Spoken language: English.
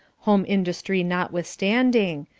home industry notwithstanding,